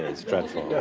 it's dreadful.